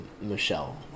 Michelle